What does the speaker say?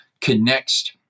connects